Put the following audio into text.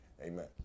Amen